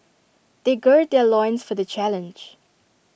they gird their loins for the challenge